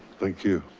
thank you.